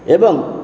ଏବଂ